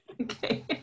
Okay